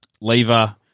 Lever